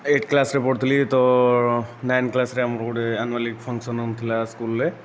eight କ୍ଲାସ୍ରେ ପଢ଼ୁଥିଲି ତ ନାଇନ୍ କ୍ଲାସ୍ରେ ଆମକୁ ଗୋଟେ ଆନୁଆଲ ଫଙ୍କ୍ସନ୍ ହେଉଥିଲା ସ୍କୁଲରେ